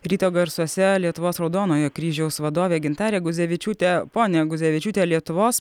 ryto garsuose lietuvos raudonojo kryžiaus vadovė gintarė guzevičiūtė ponia guzevičiūte lietuvos